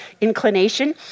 inclination